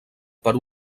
per